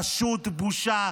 פשוט בושה.